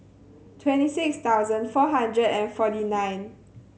twenty six thousand four hundred and forty nine